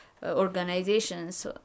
organizations